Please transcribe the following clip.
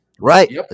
Right